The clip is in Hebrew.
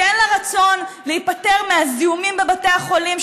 שאין לה רצון להיפטר מהזיהומים בבתי החולים,